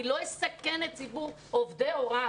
אני לא אסכן את ציבור עובדי ההוראה.